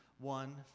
one